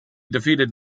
defeated